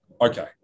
Okay